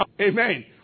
amen